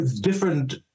different